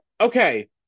Okay